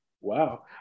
Wow